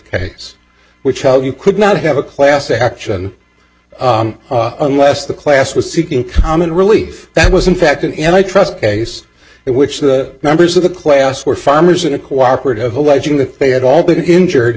case which you could not have a class action unless the class was seeking common relief that was in fact an end i trust case which the members of the class were farmers in a cooperative alleging that they had all that injured